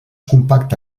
compacta